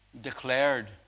declared